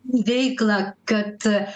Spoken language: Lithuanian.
veiklą kad